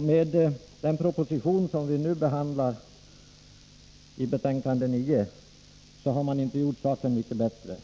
Med den proposition som behandlas i skatteutskottets betänkande 9 har man inte gjort saken mycket bättre.